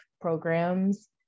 programs